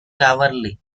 cavalry